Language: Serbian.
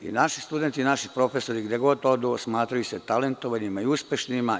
Naši studenti i naši profesori, gde god odu smatraju se talentovanima i uspešnima.